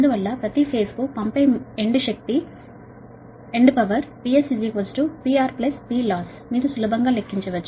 అందువల్ల ప్రతి ఫేజ్ కు పంపే end power PS PR PLoss మీరు సులభంగా లెక్కించవచ్చు